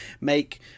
make